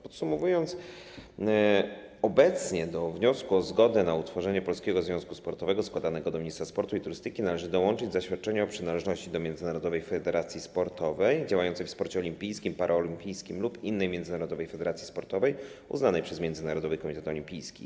Podsumowując, obecnie do wniosku o zgodę na utworzenie polskiego związku sportowego składanego do ministra sportu i turystyki należy dołączyć zaświadczenie o przynależności do międzynarodowej federacji sportowej działającej w sporcie olimpijskim, paraolimpijskim lub innej międzynarodowej federacji sportowej uznanej przez Międzynarodowy Komitet Olimpijski.